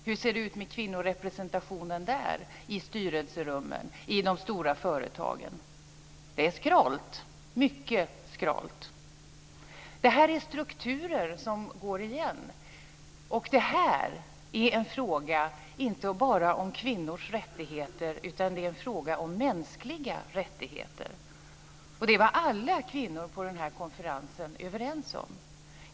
Hur ser det ut med kvinnorepresentationen där, i styrelserummen i de stora företagen? Det är skralt, mycket skralt. Det här är strukturer som går igen. Det här är en fråga inte bara om kvinnors rättigheter, utan det är en fråga om mänskliga rättigheter. Det var alla kvinnor på den här konferensen överens om.